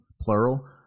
plural